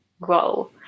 grow